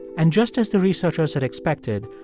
and just as the researchers had expected,